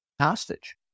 hostage